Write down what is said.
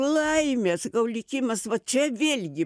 laimė sakau likimas va čia vėlgi